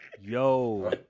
yo